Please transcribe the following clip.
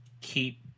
keep